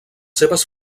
seves